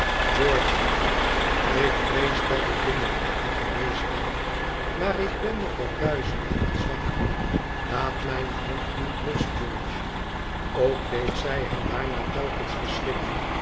igeorge lief ik vrees dat ik kinderachtig geweest ben maar ik ben nogwat duizelig en zwak laat mijne hand niet los george ook deed zij hem daarna telkens verschrikken